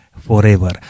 forever